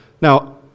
Now